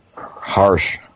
harsh